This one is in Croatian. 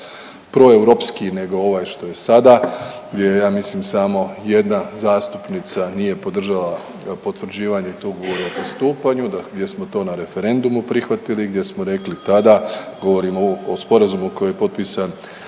proeuropski nego ovaj što je sada. Bio je ja mislim samo jedna zastupnica nije podržala potvrđivanje tog ugovora o pristupanju, gdje smo to na referendumu prihvatili gdje smo rekli tada govorimo o sporazumu koji je potpisan